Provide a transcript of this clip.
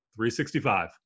365